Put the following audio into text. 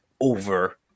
over